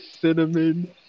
Cinnamon